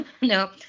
No